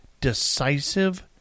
decisive